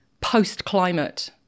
post-climate